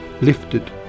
lifted